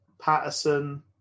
Patterson